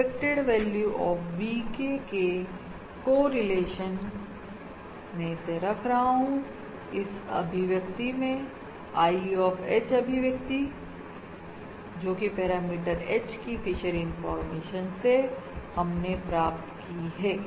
expected value of VK के correlation मैं इसे रख रहा हूं इस अभिव्यक्ति में I ऑफ H अभिव्यक्ति जोकि पैरामीटर H की फिशर इंफॉर्मेशन है जो हमने प्राप्त की है